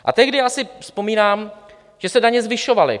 A tehdy, si vzpomínám, že se daně zvyšovaly.